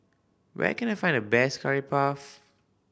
where can I find the best Curry Puff